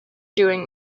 doing